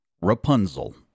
Rapunzel